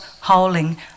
howling